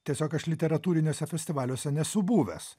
tiesiog aš literatūriniuose festivaliuose nesu buvęs